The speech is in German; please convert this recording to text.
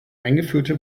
eingeführte